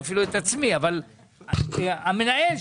כולל האגרה,